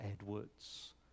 Edwards